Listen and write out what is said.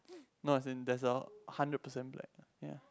no as in there's a hundred percent black ya